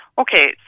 Okay